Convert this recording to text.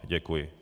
Děkuji.